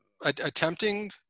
attempting